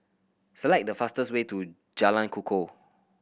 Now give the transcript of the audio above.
select the fastest way to Jalan Kukoh